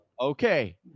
Okay